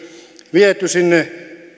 viety sinne